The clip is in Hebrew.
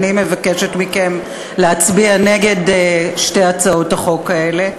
אני מבקשת מכם להצביע נגד שתי הצעות החוק האלה.